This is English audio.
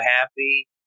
happy